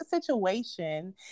situation